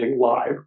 live